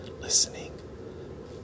listening